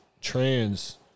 trans